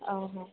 ହଉ ହଉ